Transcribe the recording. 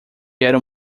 eram